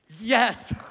Yes